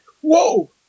whoa